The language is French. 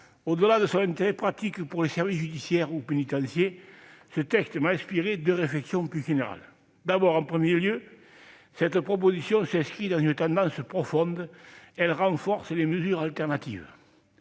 au-delà de son intérêt pratique pour les services judiciaires ou pénitentiaires, ce texte m'a inspiré deux réflexions plus générales. En premier lieu, cette proposition de loi s'inscrit dans une tendance profonde, à savoir le renforcement les mesures alternatives.